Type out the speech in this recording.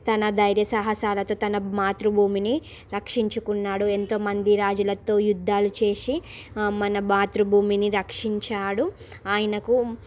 తన ధైర్య సాహసాలతో తన మాతృభూమిని రక్షించుకున్నాడు ఎంతో మంది రాజులతో యుద్దాలు చేసి మన మాతృభూమిని రక్షించాడు ఆయనకు